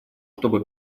чтобы